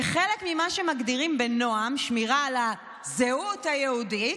כחלק ממה שמגדירים בנעם כשמירה על הזהות היהודית,